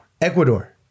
Ecuador